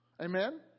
Amen